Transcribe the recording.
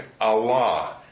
Allah